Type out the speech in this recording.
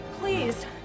please